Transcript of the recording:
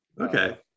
okay